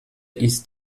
ist